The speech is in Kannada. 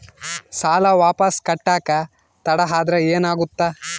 ಸಾಲ ವಾಪಸ್ ಕಟ್ಟಕ ತಡ ಆದ್ರ ಏನಾಗುತ್ತ?